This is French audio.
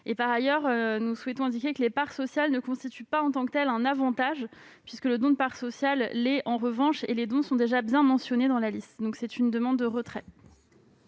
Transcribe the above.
Par ailleurs, nous souhaitons indiquer que les parts sociales ne constituent pas, en tant que telles, un avantage, puisque le don de parts sociales l'est et que les dons sont déjà bien mentionnés dans la liste. C'est donc une demande de retrait.